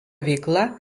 veikla